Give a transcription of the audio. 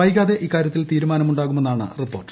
വൈകാതെ ഇക്കാരൃത്തിൽ തീരുമാനമുണ്ടാകുമെന്നാണ് റിപ്പോർട്ട്